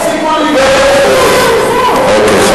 תפסיקו להיגרר אחריהם, אוקיי.